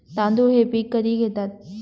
तांदूळ हे पीक कधी घेतात?